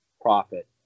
profit